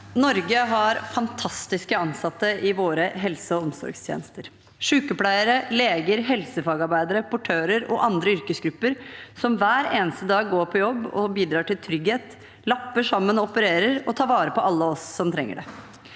Norge har fan- tastiske ansatte i våre helse- og omsorgstjenester: sykepleiere, leger, helsefagarbeidere, portører og andre yrkesgrupper som hver eneste dag går på jobb og bidrar til trygghet, lapper sammen, opererer og tar vare på alle oss som trenger det.